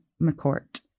McCourt